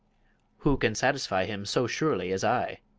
who can satisfy him so surely as i?